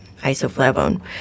Isoflavone